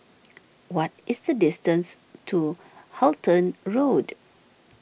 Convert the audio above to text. what is the distance to Halton Road